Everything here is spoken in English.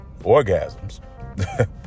orgasms